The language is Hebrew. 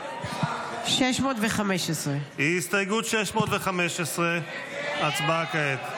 וכעת הסתייגות 615. הצבעה כעת.